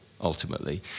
ultimately